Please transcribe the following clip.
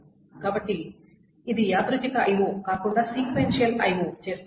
కాబట్టి ఇది యాదృచ్ఛిక I O కాకుండా సీక్వెన్షియల్ IO చేస్తుంది